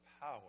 power